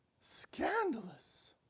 Scandalous